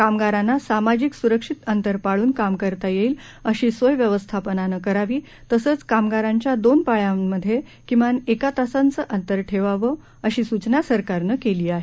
कामगारांना सामाजिक सुरक्षित अंतर पाळून काम करता येईल अशी सोय व्यवस्थापन करावी तसंच कामगारांच्या दोन पाळ्यांमध्ये किमान एका तासाचं अंतर ठेवण्याची सुचना सरकारनं केली आहे